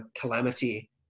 calamity